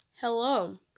Hello